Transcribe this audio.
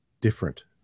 different